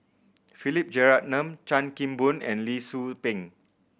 Philip Jeyaretnam Chan Kim Boon and Lee Tzu Pheng